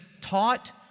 taught